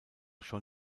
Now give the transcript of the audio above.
schon